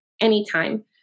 anytime